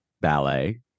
ballet